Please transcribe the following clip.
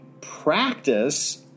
practice